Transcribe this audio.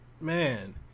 man